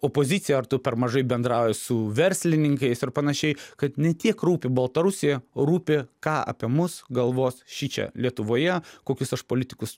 opozicija ar tu per mažai bendrauji su verslininkais ir panašiai kad ne tiek rūpi baltarusija o rūpi ką apie mus galvos šičia lietuvoje kokius aš politikus